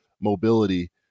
mobility